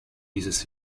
dieses